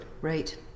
Right